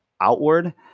outward